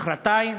מחרתיים,